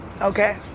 Okay